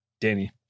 Danny